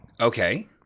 Okay